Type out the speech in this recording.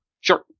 Sure